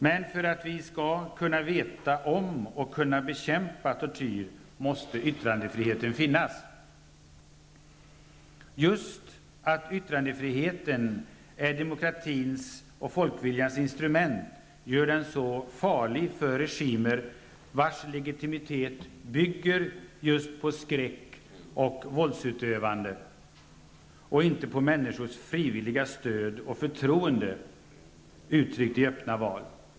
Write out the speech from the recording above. Men för att vi skall kunna veta om att det förekommer tortyr och kunna bekämpa den måste det finnas yttrandefrihet. Att yttrandefriheten är demokratins och folkviljans instrument gör den farlig för regimer, vilkas legitimitet bygger på just skräck och våldsutövande och inte på människors frivilliga stöd och förtroende, uttryckt i öppna val.